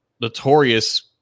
notorious